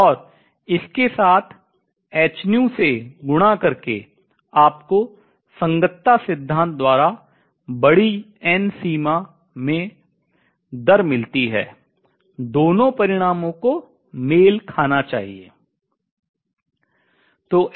और इसके साथ से गुणा करके आपको संगतता सिद्धांत द्वारा बड़ी n सीमा में दर मिलती है दोनों परिणामों को मेल खाना चाहिए